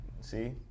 See